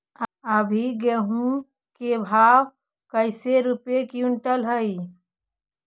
अभी गेहूं के भाव कैसे रूपये क्विंटल हई?